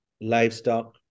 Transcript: livestock